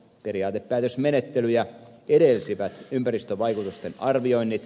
periaatepäätösmenettelyjä edelsivät ympäristövaikutusten arvioinnit